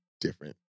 different